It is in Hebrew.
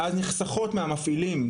ואז נחסך מהמפעילים,